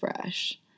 fresh